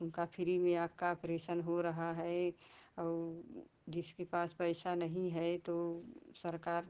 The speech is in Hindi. उनका फ्री में आँख का अपरेसन हो रहा है और जिसके पास पैसा नहीं है तो सरकार